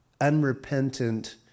unrepentant